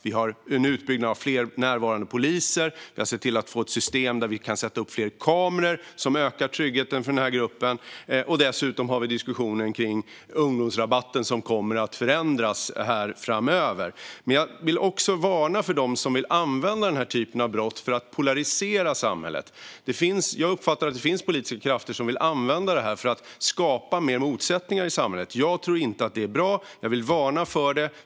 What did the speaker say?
Vi har en utbyggnad av fler närvarande poliser och har sett till att få ett system som innebär att vi kan sätta upp fler kameror för att öka tryggheten när det gäller den gruppen. Dessutom har vi diskussionen om ungdomsrabatten, som kommer att förändras framöver. Jag vill dock varna för dem som vill använda den typen av brott för att polarisera samhället. Jag uppfattar att det finns politiska krafter som vill använda det för att skapa mer motsättningar i samhället. Jag tror inte att det är bra och vill varna för det.